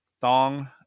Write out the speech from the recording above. thong